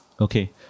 Okay